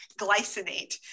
glycinate